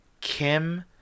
Kim